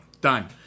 Done